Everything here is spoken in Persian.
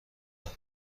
پوند